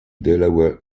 delaware